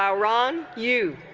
yeah ron you